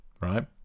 right